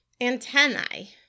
antennae